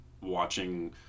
watching